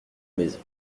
maison